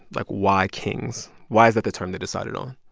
like, why kings? why is that the term they decided on?